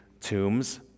tombs